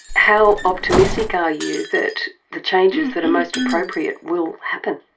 how optimistic are you that the changes that are most appropriate will happen?